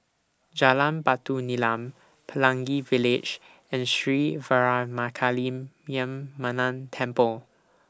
Jalan Batu Nilam Pelangi Village and Sri Veeramakaliamman Temple